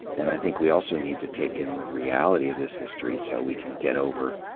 and i think we also need to take in the reality of this history so we can get over,